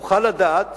נוכל לדעת